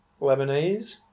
Lebanese